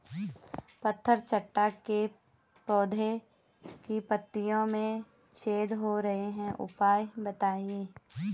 पत्थर चट्टा के पौधें की पत्तियों में छेद हो रहे हैं उपाय बताएं?